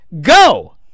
go